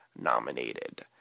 nominated